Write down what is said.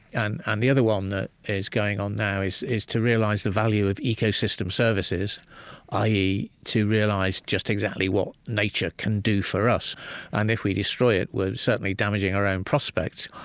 and and the other one that is going on now is is to realize the value of ecosystem services i e, to realize just exactly what nature can do for us and if we destroy it, we're certainly damaging our own prospects.